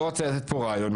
לא רוצה לתת פה רעיונות,